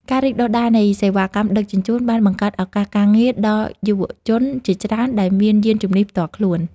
ការរីកដុះដាលនៃសេវាកម្មដឹកជញ្ជូនបានបង្កើតឱកាសការងារដល់យុវជនជាច្រើនដែលមានយានជំនិះផ្ទាល់ខ្លួន។